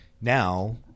Now